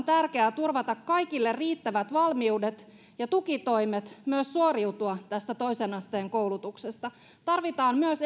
tärkeää turvata kaikille riittävät valmiudet ja tukitoimet myös suoriutua toisen asteen koulutuksesta tarvitaan myös